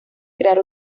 crear